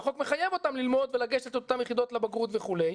החוק מחייב אותם ללמוד ולגשת עם אותן יחידות לבגרות וכולי,